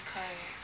可以